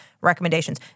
recommendations